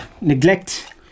Neglect